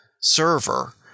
server